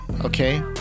okay